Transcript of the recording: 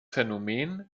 phänomen